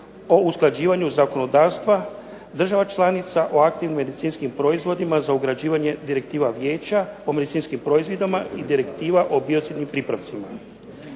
o usklađivanju zakonodavstva država članica o aktivnim medicinskim proizvodima za ugrađivanje direktiva vijeća o medicinskim proizvodima i Direktiva o biocidnim pripravcima.